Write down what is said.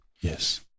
Yes